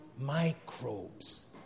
microbes